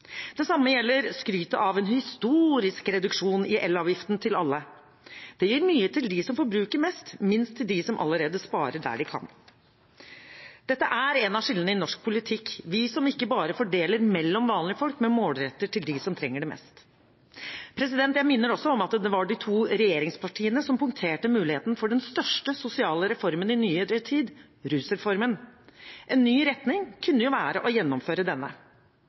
Det samme gjelder skrytet av en historisk reduksjon i elavgiften til alle. Det gir mye til dem som forbruker mest – minst til dem som allerede sparer der de kan. Dette er et av skillene i norsk politikk – vi som ikke bare fordeler mellom vanlige folk, men målretter til dem som trenger det mest. Jeg minner også om at det var de to regjeringspartiene som punkterte muligheten for den største sosiale reformen i nyere tid: rusreformen. En ny retning kunne jo være å gjennomføre denne.